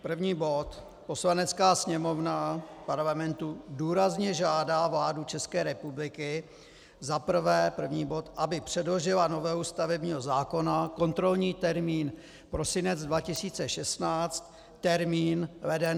První bod: Poslanecká sněmovna Parlamentu důrazně žádá vládu České republiky, za prvé, aby předložila novelu stavebního zákona, kontrolní termín prosinec 2016, termín leden 2017.